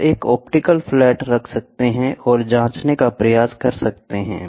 आप एक optical flat रख सकते हैं और जांचने का प्रयास कर सकते हैं